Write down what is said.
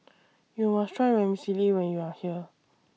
YOU must Try Vermicelli when YOU Are here